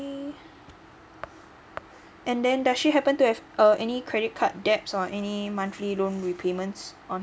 and then does she happen to have uh any credit card debt or any monthly loan repayments on